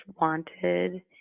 wanted